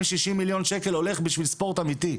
שישים מיליון שקל הולך בשביל ספורט אמיתי.